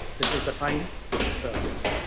this is the time to serve,